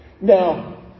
Now